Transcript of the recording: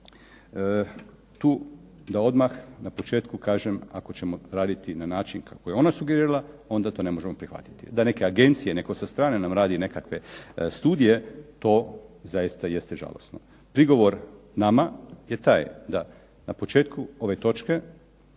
tu da odmah na početku kažem, ako ćemo raditi na način kako je ona sugerirala onda to ne možemo prihvatiti. Da neke agencije, netko sa strane nam radi nekakve studije to zaista jeste žalosno. Prigovor nama je taj da na početku ove točke